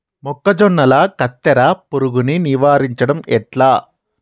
మొక్కజొన్నల కత్తెర పురుగుని నివారించడం ఎట్లా?